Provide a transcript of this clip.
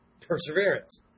Perseverance